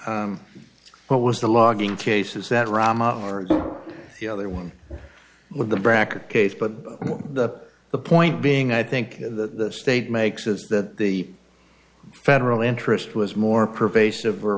what was the logging case is that rama or the other one with the bracketed case but the the point being i think the state makes is that the federal interest was more pervasive or